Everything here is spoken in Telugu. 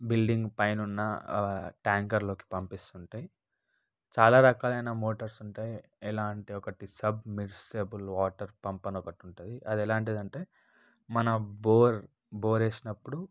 బిల్లింగ్ పైనున్న ట్యాంకర్లోకి పంపిస్తుంటాయి చాలా రకాలైన మోటార్స్ ఉంటాయి ఎలా అంటే ఒకటి సబ్మిర్సబుల్ వాటర్ పంప్ ఉంటుంది అది ఎలాంటిది అంటే మన బోర్ బోర్ వేసినప్పుడు